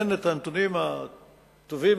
אין נתונים מעודכנים,